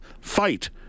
fight